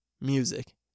music